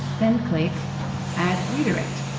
then click add redirect.